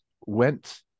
went –